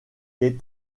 est